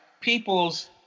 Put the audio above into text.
people's